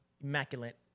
immaculate